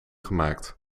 gemaakt